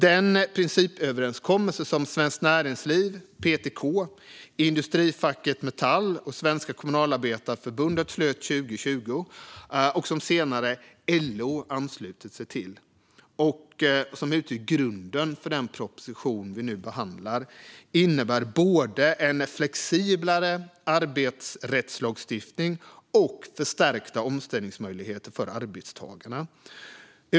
Den principöverenskommelse som Svenskt Näringsliv, PTK, Industrifacket Metall och Svenska Kommunalarbetareförbundet slöt 2020, och som LO senare har anslutit sig till, utgör grunden för den proposition som vi nu behandlar. Överenskommelsen innebär både en flexiblare arbetsrättslagstiftning och förstärkta omställningsmöjligheter för arbetstagarna.